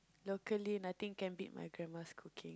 locally nothing can beat my grandma's cooking